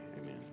Amen